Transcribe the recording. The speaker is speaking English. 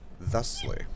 thusly